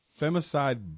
femicide